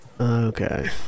Okay